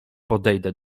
podejdę